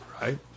right